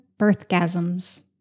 birthgasms